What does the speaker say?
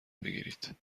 بگیرید